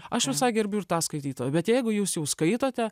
aš visai gerbiu ir tą skaitytoją bet jeigu jūs jau skaitote